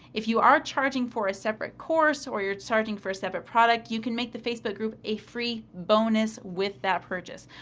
if you are charging for a separate course or you're charging for a separate product, you can make the facebook group a free bonus with that purchase.